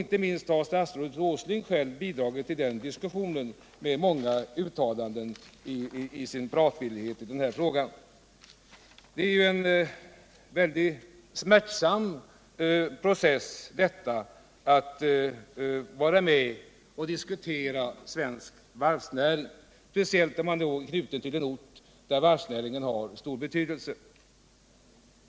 Inte minst har statsrådet Åsling bidragit till den diskussionen genom sin pratvillighet i den här frågan. Det är en väldigt smärtsam process att vara med och diskutera svensk varvsnäring, speciellt när man är knuten till en ort där varvsnäringen har stor betydelse.